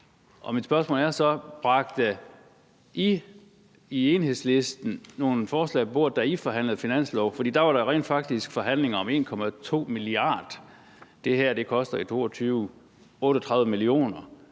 i. Mit spørgsmål er så: Bragte I i Enhedslisten nogle forslag på bordet, da I forhandlede finanslov? For der var der rent faktisk forhandlinger om 1,2 mia. kr. Det her koster i 2022 38 mio.